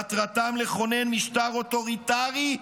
מטרתם לכונן משטר אוטוריטרי,